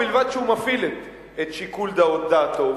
ובלבד שהוא מפעיל את שיקול דעתו.